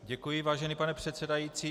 Děkuji, vážený pane předsedající.